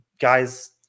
guys